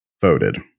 voted